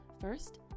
First